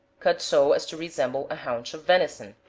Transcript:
cut so as to resemble a haunch of venison,